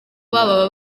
baba